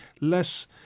less